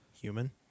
Human